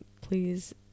please